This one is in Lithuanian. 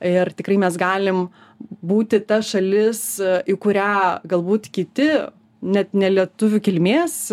ir tikrai mes galim būti ta šalis į kurią galbūt kiti net nelietuvių kilmės